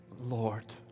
Lord